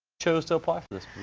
chose to apply for this